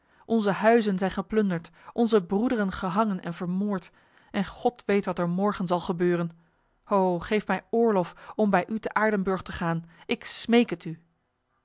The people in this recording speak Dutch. onze huizen zijn geplunderd onze broederen gehangen en vermoord en god weet wat er morgen zal gebeuren o geef mij oorlof om bij u te aardenburg te gaan ik smeek het u